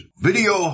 Video